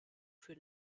für